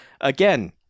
again